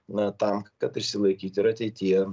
na tam kad išsilaikyti ir ateityje